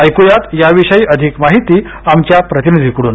ऐक्यात याविषयी अधिक माहिती आमच्या प्रतिनिधीकडून